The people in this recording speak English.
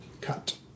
Cut